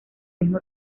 mismo